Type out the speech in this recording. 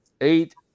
eight